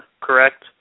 correct